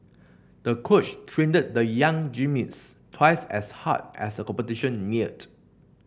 the coach trained the young twice as hard as the competition neared